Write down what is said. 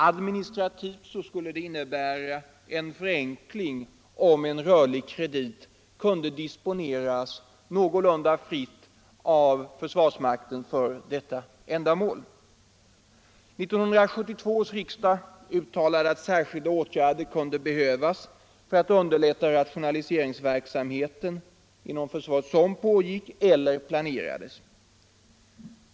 Administrativt skulle det — Rörliga krediter för innebära en förenkling om en rörlig kredit kunde disponeras någorlunda = investeringar i fritt av försvarsmakten för detta ändamål. rationaliseringssyfte 1972 års riksdag uttalade att särskilda åtgärder kunde behöva vidtas inom försvarsväsenför att underlätta den rationaliseringsverksamhet som pågick eller pla = det nerades inom försvaret.